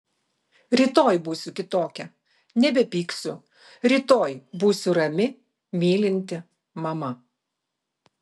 rytoj būsiu kitokia nebepyksiu rytoj būsiu rami mylinti mama